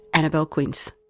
annabelle quince.